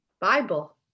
bible